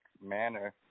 manner